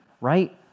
right